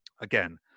Again